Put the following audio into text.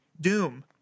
Doom